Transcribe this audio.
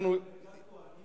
ברכת כוהנים.